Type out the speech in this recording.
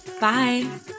Bye